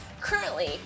Currently